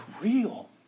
real